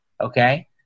okay